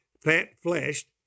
fat-fleshed